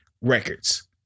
records